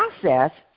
process